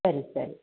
ಸರಿ ಸರಿ